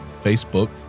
Facebook